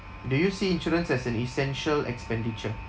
do you see insurance as an essential expenditure